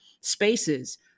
spaces